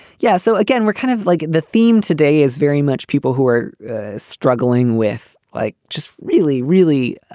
yeah. so, again, we're kind of like the theme today is very much people who are struggling with like just really, really